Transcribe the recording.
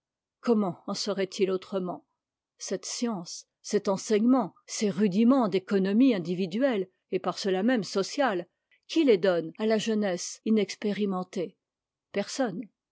comment en serait-il autrement cette science cet enseignement ces rudiments d'économie individuelle et par cela même sociale qui les donne à la jeunesse inexpérimentée personne